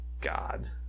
god